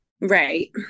Right